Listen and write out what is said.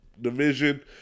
division